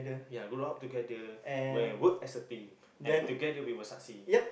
ya good job together when we work as a team and together we will succeed